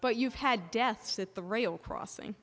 but you've had deaths that the rail crossing